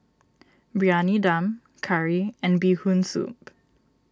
Briyani Dum Curry and Bee Hoon Soup